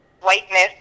whiteness